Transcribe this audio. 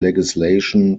legislation